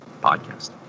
podcast